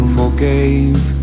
forgave